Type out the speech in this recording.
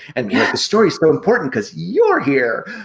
and the story's so important because you're here.